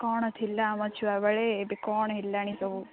କ'ଣ ଥିଲା ଆମ ଛୁଆବେଳେ ଏବେ କ'ଣ ହେଲାଣି ସବୁ